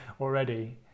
already